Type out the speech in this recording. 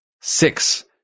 Six